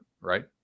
right